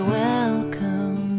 welcome